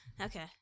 Okay